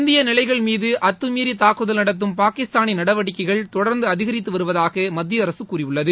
இந்திய நிலைகள் மீது அத்துமீறி தாக்குதல் நடத்தும் பாகிஸ்தானின் நடவடிக்கைகள் தொடர்ந்து அதிகரித்து வருவதாக மத்திய அரசு கூறியுள்ளது